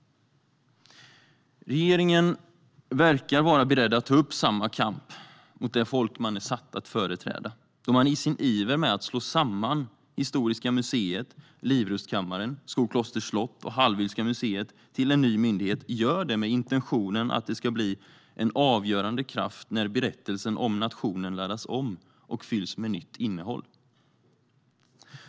Regeringen verkar vara beredd att ta upp samma kamp mot det folk man är satt att företräda, då man i sin iver att slå samman Historiska museet, Livrustkammaren, Skoklosters slott och Hallwylska museet till en ny myndighet gör det med intentionen att det ska bli en avgörande kraft när berättelsen om nationen laddas om och fylls med nytt innehåll.